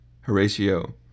Horatio